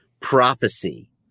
prophecy